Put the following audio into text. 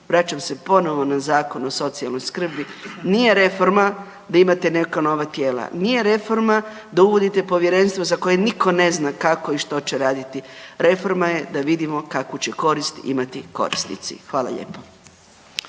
Vraćam se ponovo na Zakon o socijalnoj skrbi. Nije reforma da imate neka nova tijela, nije reforma da uvodite povjerenstvo za koje nitko ne zna kako i što će raditi, reforma je da vidimo kakvu će korist imati korisnici. Hvala lijepo.